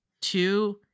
two